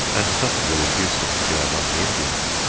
and nothing will induce them to go among the indians,